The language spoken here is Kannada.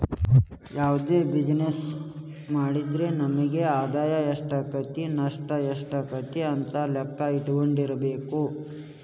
ಯಾವ್ದ ಬಿಜಿನೆಸ್ಸ್ ಮಾಡಿದ್ರು ನಮಗ ಆದಾಯಾ ಎಷ್ಟಾಕ್ಕತಿ ನಷ್ಟ ಯೆಷ್ಟಾಕ್ಕತಿ ಅಂತ್ ಲೆಕ್ಕಾ ಇಟ್ಕೊಂಡಿರ್ಬೆಕು